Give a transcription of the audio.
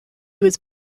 was